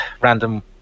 random